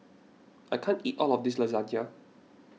I can't eat all of this Lasagne